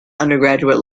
undergraduate